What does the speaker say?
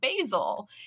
basil